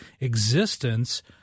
existence